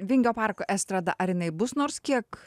vingio parko estrada ar jinai bus nors kiek